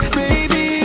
baby